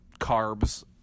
carbs